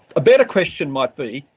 a better question might be,